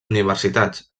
universitats